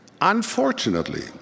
Unfortunately